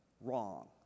wrong